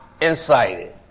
incited